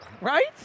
Right